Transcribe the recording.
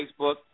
Facebook